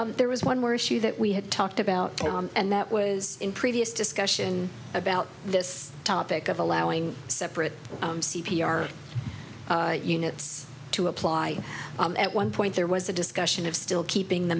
but there was one more issue that we had talked about and that was in previous discussion about this topic of allowing separate c p r units to apply at one point there was a discussion of still keeping the